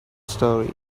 story